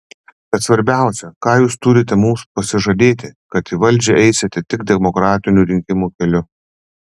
bet svarbiausia ką jūs turite mums pasižadėti kad į valdžią eisite tik demokratinių rinkimų keliu